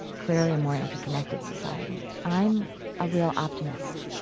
clearly a more interconnected society i'm a real optimist